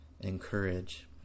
encourage